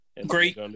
great